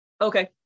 Okay